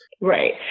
Right